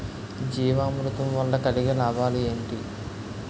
జీవామృతం వల్ల కలిగే లాభాలు ఏంటి?